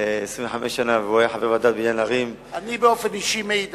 אני מראש פותח ואומר שאני פתוח לשמוע עוד